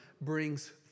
brings